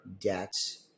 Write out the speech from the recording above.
debts